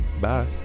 Bye